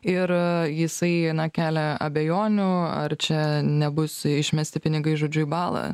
ir jisai na kelia abejonių ar čia nebus išmesti pinigai žodžiu į balą